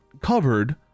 covered